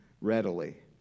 readily